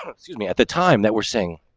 ah excuse me? at the time that we're seeing,